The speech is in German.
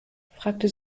fragte